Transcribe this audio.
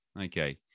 Okay